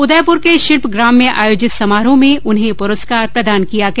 उदयपुर के शिल्पग्राम में आयोजित समारोह में उन्हें ये प्रस्कार प्रदान किया गया